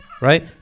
right